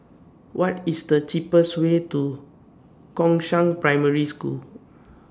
What IS The cheapest Way to Gongshang Primary School